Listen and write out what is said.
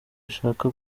ishaka